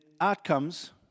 outcomes